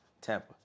Tampa